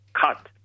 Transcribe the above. cut